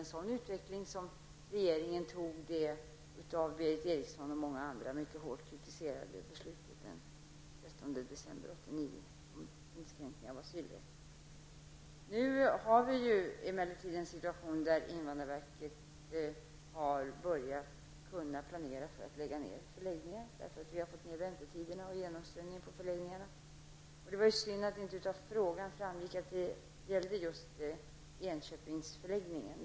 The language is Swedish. Det var ju därför som regeringen fattade det av Berith Eriksson och många andra mycket hårt kritiserade beslutet den 13 december 1989 om inskränkning av asylrätten. Nu har emellertid invandrarverket kunnat börja planera att lägga ned förläggningar, eftersom väntetiderna har minskat och genomströmningen på förläggningarna ökat. Det var synd att det inte av frågan framgick att det gällde just Enköpingsförläggningen.